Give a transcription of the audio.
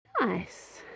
Nice